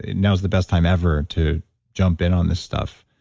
now is the best time ever to jump in on this stuff.